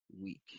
week